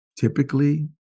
typically